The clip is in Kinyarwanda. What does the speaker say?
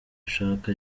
ushaka